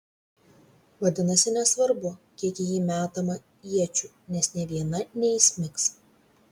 vadinasi nesvarbu kiek į jį metama iečių nes nė viena neįsmigs